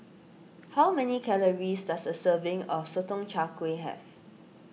how many calories does a serving of Sotong Char Kway have